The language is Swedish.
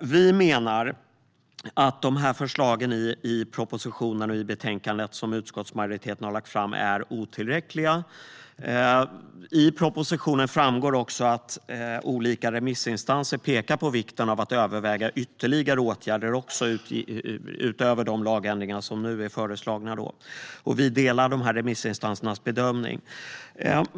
Vi menar att förslagen i propositionen och utskottsmajoritetens förslag i betänkandet är otillräckliga. Av propositionen framgår att olika remissinstanser pekar på vikten av att överväga ytterligare åtgärder, utöver de lagändringar som nu föreslås. Vi delar remissinstansernas bedömning.